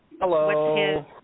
hello